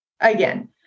again